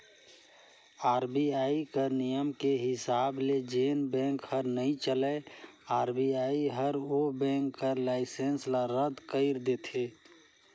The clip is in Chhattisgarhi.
आर.बी.आई कर नियम के हिसाब ले जेन बेंक हर नइ चलय आर.बी.आई हर ओ बेंक कर लाइसेंस ल रद कइर देथे